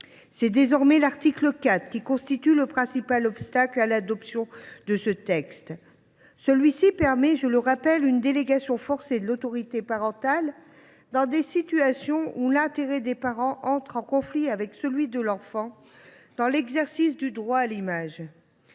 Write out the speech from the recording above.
C’est désormais l’article 4 qui constitue le principal obstacle à l’adoption de ce texte. Cet article permet une délégation forcée de l’autorité parentale dans des situations où l’intérêt des parents entre en conflit avec celui de l’enfant dans l’exercice du droit à l’image.